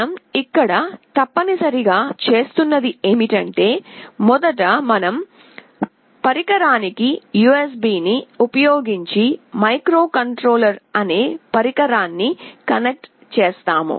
మనం ఇక్కడ తప్పనిసరిగా చేస్తున్నది ఏమిటంటే మొదట మన పరికరానికి USB ని ఉపయోగించి మైక్రోకంట్రోలర్ అనే పరికరాన్ని కనెక్ట్ చేస్తాము